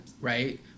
Right